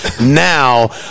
now